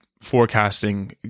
forecasting